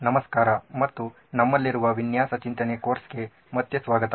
ನಮಸ್ಕಾರ ಮತ್ತು ನಮ್ಮಲ್ಲಿರುವ ವಿನ್ಯಾಸ ಚಿಂತನೆ ಕೋರ್ಸ್ಗೆ ಮತ್ತೆ ಸ್ವಾಗತ